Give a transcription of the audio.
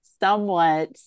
somewhat